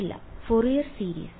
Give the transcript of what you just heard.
ഇല്ല Fourier series